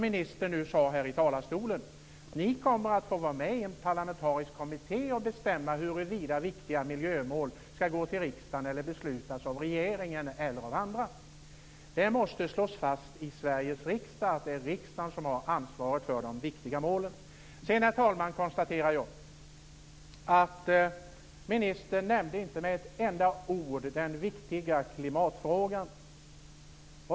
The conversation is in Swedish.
Ministern sade att vi kommer att få vara med i en parlamentarisk kommitté och bestämma om huruvida viktiga miljömål skall gå till riksdagen eller beslutas av regeringen eller av andra. Det måste i Sveriges riksdag slås fast att det är riksdagen som har ansvaret för de viktiga målen. Jag konstaterar vidare, herr talman, att ministern inte med ett enda ord nämnde den viktiga klimatfrågan.